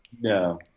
No